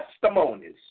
testimonies